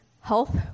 Health